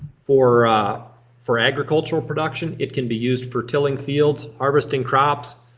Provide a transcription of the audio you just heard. for for agricultural production. it can be used for tilling fields, harvesting crops,